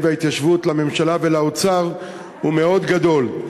וההתיישבות לממשלה ולאוצר הוא מאוד גדול.